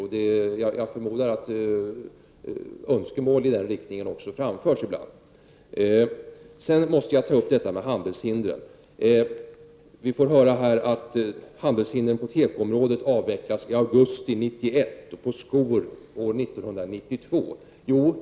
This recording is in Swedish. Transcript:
Och jag förmodar att önskemål i den riktningen också framförs ibland. Jag måste även ta upp handelshindren. Vi har nu fått höra att handelshindren på teko-området skall avvecklas i augusti 1991 och på skor 1992.